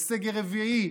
לסגר רביעי,